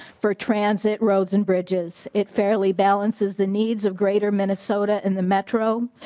for transit roads and bridges it fairly balances the needs of greater minnesota and the metro.